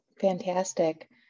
Fantastic